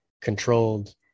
controlled